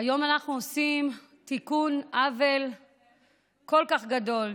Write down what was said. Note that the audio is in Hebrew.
היום אנחנו עושים תיקון עוול כל כך גדול,